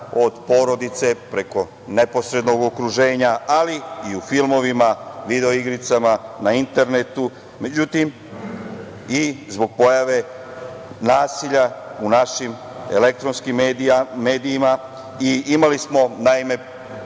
od porodice, preko neposrednog okruženja, ali i u filmovima, video igricama, na internetu, i zbog pojave nasilja u našim elektronskim medijima. Imali smo, naime,